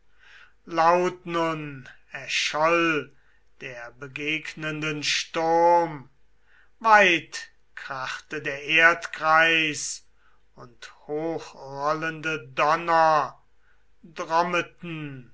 laut nun erscholl der begegnenden sturm weit krachte der erdkreis und hochrollende donner